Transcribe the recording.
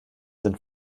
sind